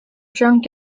drunk